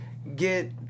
get